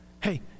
Hey